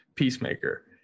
peacemaker